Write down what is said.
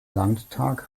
landtag